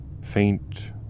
Faint